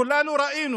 כולנו ראינו